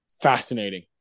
fascinating